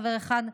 חבר אחד,